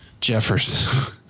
Jeffers